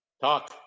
Talk